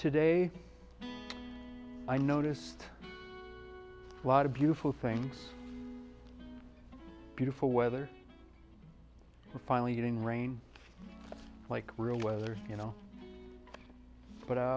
today i noticed a lot of beautiful things beautiful weather finally getting rain like real weather you know but